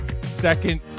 second